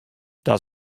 dat